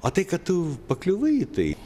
o tai kad tu pakliuvai į tai